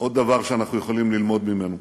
עוד דבר שאנחנו יכולים ללמוד ממנו.